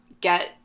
get